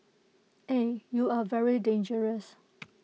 eh you are very dangerous